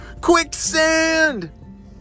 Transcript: quicksand